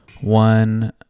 One